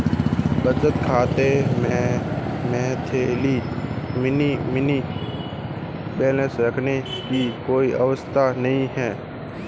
बचत खाता में मंथली मिनिमम बैलेंस रखने की कोई आवश्यकता नहीं है